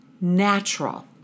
natural